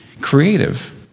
creative